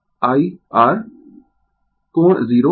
R कोण 0